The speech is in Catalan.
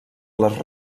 les